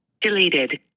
Deleted